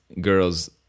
girls